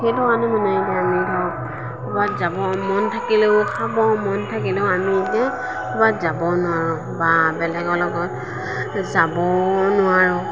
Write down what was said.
সেইটো কাৰণে মানে এতিয়া আমি ধৰক ক'ৰবাত যাব মন থাকিলেও মন থাকিলেও আমি এতিয়া ক'ৰবাত যাব নোৱাৰোঁ বা বেলেগৰ লগত যাবও নোৱাৰোঁ